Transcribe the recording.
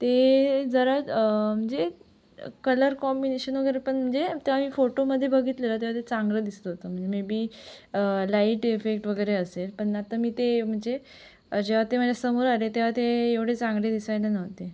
ते जरा म्हणजे कलर कॉम्बिनेशन वगैरे पण म्हणजे तेव्हा मी फोटोमध्ये बघितलेलं तेव्हा ते चांगलं दिसत होतं मे बी लाइट इफेक्ट वगैरे असेल पण आता मी ते म्हणजे जेव्हा ते माझ्यासमोर आले तेव्हा ते एवढे चांगले दिसायला नव्हते